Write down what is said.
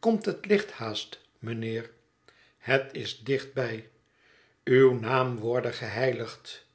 komt het licht haast mijnheer het is dichtbij uw naam worde geheiligd